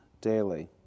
daily